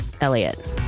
Elliot